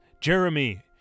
Jeremy